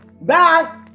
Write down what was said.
Bye